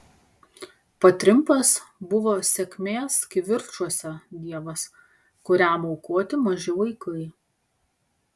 patrimpas buvo sėkmės kivirčuose dievas kuriam aukoti maži vaikai